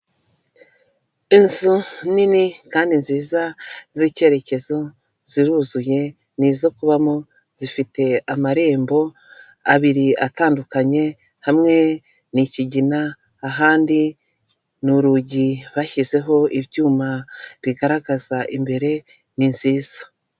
Inzu nini kandi nziza z'icyerekezo ziruzuye ni izo kubamo, zifite amarembo abiri atandukanye, hamwe ni ikigina, ahandi ni urugi bashyizeho ibyuma bigaragaza imbere, ni nziza.